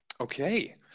Okay